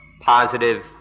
positive